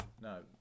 no